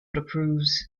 approves